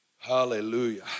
Hallelujah